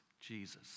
Jesus